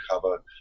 cover